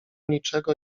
niczego